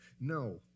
No